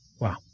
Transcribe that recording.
Wow